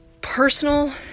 personal